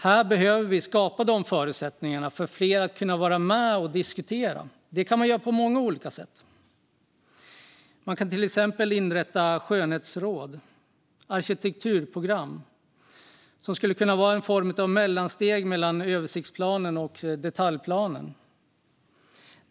Vi behöver skapa förutsättningar för fler att vara med och diskutera. Detta kan man göra på många olika sätt. Man kan till exempel inrätta skönhetsråd och arkitekturprogram, som skulle kunna utgöra en form av mellansteg mellan översikts och detaljplanen.